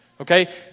okay